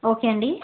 okay అండి